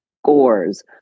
scores